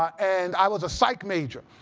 and i was a psych major.